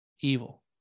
evil